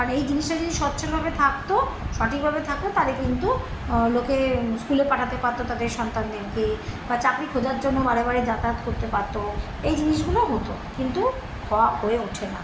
আর এই জিনিসটা যদি স্বচ্ছভাবে থাকতো সঠিকভাবে থাকতো তাহলে কিন্তু লোকে স্কুলে পাঠাতে পারত তাদের সন্তানদেরকে বা চাকরি খোঁজার জন্য বারে বারে যাতায়াত করতে পারত এই জিনিসগুলো হতো কিন্তু হয়ে ওঠে না